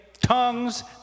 tongues